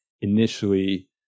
initially